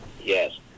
Yes